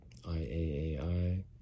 IAAI